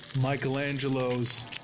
Michelangelo's